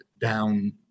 down